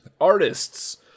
Artists